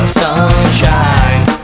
sunshine